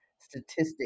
statistic